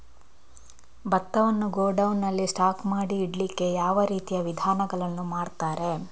ಭತ್ತವನ್ನು ಗೋಡೌನ್ ನಲ್ಲಿ ಸ್ಟಾಕ್ ಮಾಡಿ ಇಡ್ಲಿಕ್ಕೆ ಯಾವ ರೀತಿಯ ವಿಧಾನಗಳನ್ನು ಮಾಡ್ತಾರೆ?